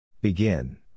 Begin